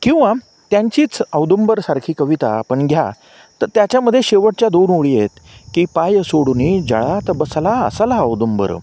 किंवा त्यांचीच औदुंबरसारखी कविता आपण घ्या तर त्याच्यामध्ये शेवटच्या दोन ओळी आहेत की पाय सोडून जळात बसला असला औदुंबर